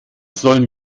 sollen